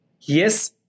Yes